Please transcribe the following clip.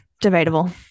debatable